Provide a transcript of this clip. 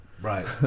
right